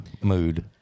mood